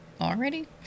Already